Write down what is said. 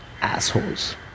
assholes